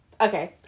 Okay